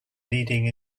leading